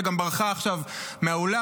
שגם ברחה עכשיו מהאולם.